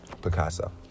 Picasso